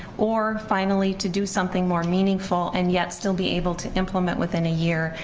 or finally to do something more meaningful and yet still be able to implement within a year,